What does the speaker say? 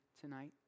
tonight